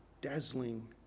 dazzling